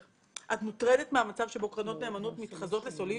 האם את מוטרדת מהמצב שבו קרנות נאמנות מתחזות לסולידיות?